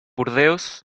burdeos